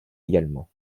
également